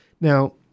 Now